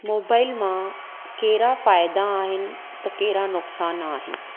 mobile मां कहिड़ा फ़ाइदा आहिनि त कहिड़ा नुक़सान आहिनि